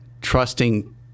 trusting